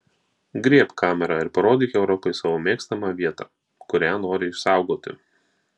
griebk kamerą ir parodyk europai savo mėgstamą vietą kurią nori išsaugoti